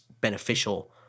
beneficial